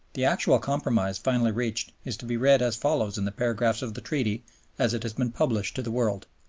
the actual compromise finally reached is to be read as follows in the paragraphs of the treaty as it has been published to the world.